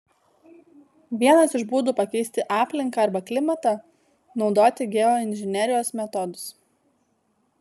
vienas iš būdų pakeisti aplinką arba klimatą naudoti geoinžinerijos metodus